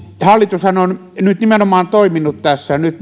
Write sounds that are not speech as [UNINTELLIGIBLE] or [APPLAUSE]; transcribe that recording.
hallitushan on nyt nimenomaan toiminut tässä nyt [UNINTELLIGIBLE]